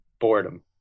boredom